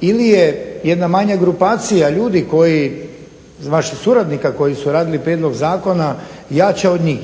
ili je jedna manja grupacija ljudi, vaših suradnika, koji su radili prijedlog zakona jača od njih.